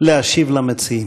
להשיב למציעים.